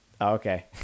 Okay